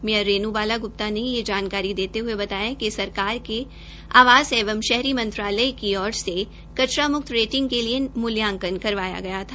mayor Renu Bala Gupta ने यह जानकारी देते हये बताया कि सरकार के आवास एवं शहरी मंत्रालय की ओर से कचरा म्क्त रेटिंग के लिए मूल्यांकन करवाया गया था